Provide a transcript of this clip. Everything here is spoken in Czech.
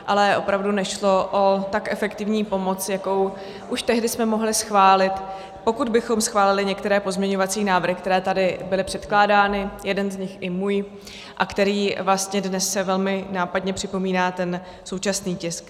Ale opravdu nešlo o tak efektivní pomoc, jakou už tehdy jsme mohli schválit, pokud bychom schválili některé pozměňovací návrhy, které tady byly předkládány, jeden z nich i můj, který vlastně dnes velmi nápadně připomíná ten současný tisk.